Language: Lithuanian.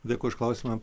dėkui už klausimą